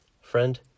Friend